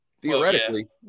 theoretically